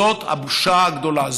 זאת הבושה הגדולה,